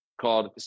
called